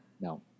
No